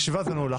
ישיבה זו נעולה.